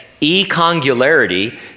E-congularity